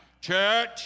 Church